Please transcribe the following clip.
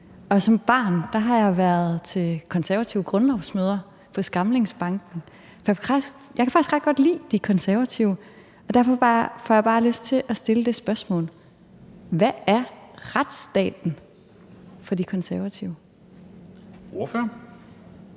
Og som barn har jeg været til konservative grundlovsmøder på Skamlingsbanken. Jeg kan faktisk ret godt lide De Konservative, og derfor får jeg bare lyst til at stille spørgsmålet: Hvad er retsstaten for De Konservative? Kl.